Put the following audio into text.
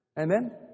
Amen